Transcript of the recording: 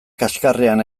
kaxkarrean